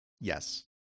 Yes